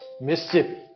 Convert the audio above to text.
Mississippi